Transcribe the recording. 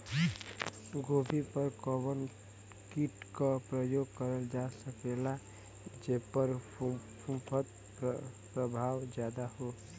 गोभी पर कवन कीट क प्रयोग करल जा सकेला जेपर फूंफद प्रभाव ज्यादा हो?